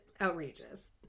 outrageous